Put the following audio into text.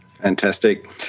Fantastic